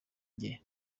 njye